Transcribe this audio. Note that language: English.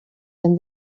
and